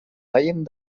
leien